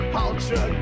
ultra